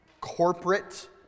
corporate